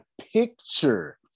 picture